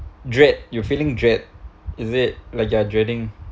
dread you feeling dread is it like you are dreading